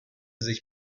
sich